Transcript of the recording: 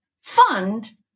fund